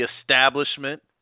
establishment